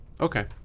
Okay